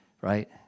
Right